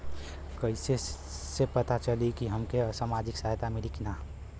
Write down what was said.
कइसे से पता चली की हमके सामाजिक सहायता मिली की ना?